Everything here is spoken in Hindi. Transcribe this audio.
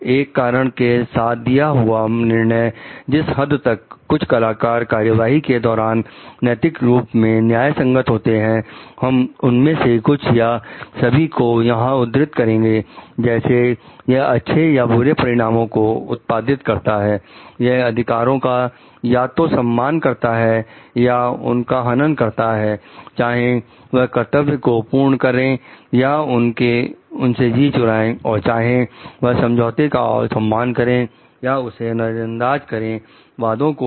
एक कारण के साथ दिया हुआ निर्णय जिस हद तक कुछ कलाकार कार्यवाही के दौरान नैतिक रूप से न्याय संगत होते हैं हम उनमें से कुछ या सभी को यहां उद्धृत करेंगे जैसे यह अच्छे या बुरे परिणामों को उत्पादित करता है यह अधिकारों का या तो सम्मान करता है या उनका हनन करता है चाहे वह कर्तव्य को पूर्ण करें या उनसे जी चुराए और चाहे यह समझौते का सम्मान करें या उसे नजरअंदाज करें और वादों को भी